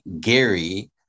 Gary